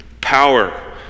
Power